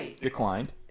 declined